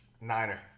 niner